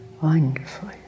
wonderful